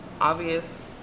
obvious